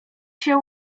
się